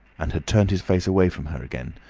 and had turned his face away from her again,